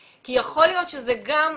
כי יכול להיות שזה גם,